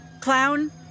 Clown